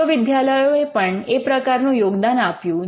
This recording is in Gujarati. વિશ્વવિદ્યાલયોએ પણ એ પ્રકારનું યોગદાન આપ્યું